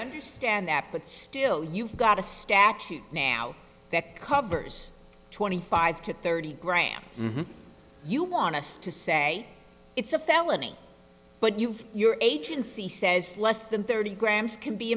under stand that but still you've got a statute now that covers twenty five to thirty grams you want us to say it's a felony but you've your agency says less than thirty grams can be